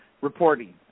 reporting